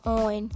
on